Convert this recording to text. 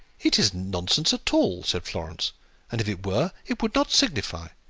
it isn't nonsense at all, said florence and if it were, it would not signify.